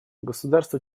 государства